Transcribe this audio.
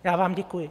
Já vám děkuji.